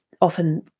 often